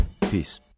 Peace